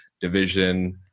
division